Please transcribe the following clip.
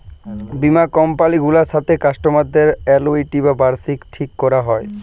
বীমা কমপালি গুলার সাথে কাস্টমারদের আলুইটি বা বার্ষিকী ঠিক ক্যরা হ্যয়